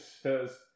says